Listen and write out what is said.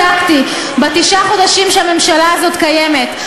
אני בדקתי, בתשעה החודשים שהממשלה הזאת קיימת,